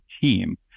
team